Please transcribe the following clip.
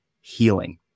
healing